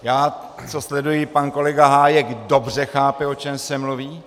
Já co sleduji, pan kolega Hájek dobře chápe, o čem se mluví.